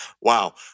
Wow